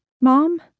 Mom